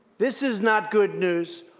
this is not good news,